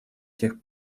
тех